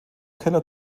keller